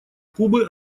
кубы